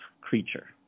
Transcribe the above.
creature